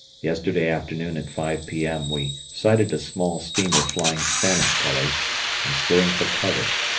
yesterday afternoon at five p m. we sighted a small steamer flying spanish colours and steering for cardiff.